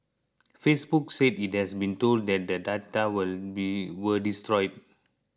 Facebook said it had been told that the data were destroyed